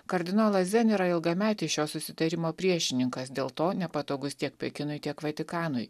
kardinolas zen yra ilgametis šio susitarimo priešininkas dėl to nepatogus tiek pekinui tiek vatikanui